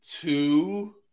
two